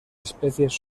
especies